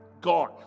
gone